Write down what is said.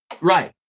Right